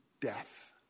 death